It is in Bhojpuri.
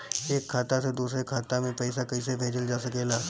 एक खाता से दूसरे खाता मे पइसा कईसे भेजल जा सकेला?